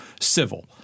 civil